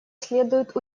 следует